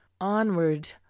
onward